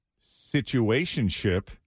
situationship